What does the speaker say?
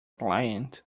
client